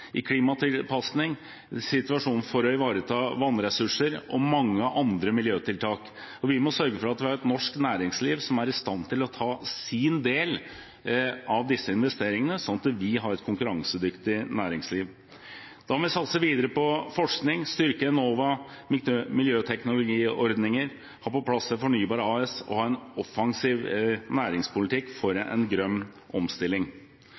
i klimatilpasning, for å ivareta vannressurser og i mange andre miljøtiltak. Vi må sørge for å ha et konkurransedyktig norsk næringsliv som er i stand til å ta sin del av disse investeringene. Da må vi satse videre på forskning, styrke Enova, styrke miljøteknologiordningene, ha på plass Fornybar AS og ha en offensiv næringspolitikk for en grønn omstilling.